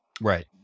right